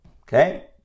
Okay